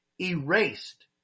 erased